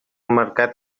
mercat